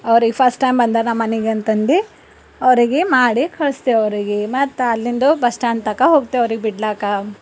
ಅವ್ರಿಗೆ ಫಸ್ಟೈಮ್ ಬಂದಾರ ನಮ್ಮನೆಗೆ ಅಂತಂದು ಅವರಿಗೆ ಮಾಡಿ ಕಳಿಸ್ತೇವೆ ಅವರಿಗೆ ಮತ್ತು ಅಲ್ಲಿಂದ ಬಸ್ ಸ್ಟಾಂಡ್ ತನಕ ಹೋಗುತ್ತೇವೆ ಅವರಿಗೆ ಬಿಡ್ಲಾಕ್ಕ